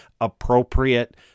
appropriate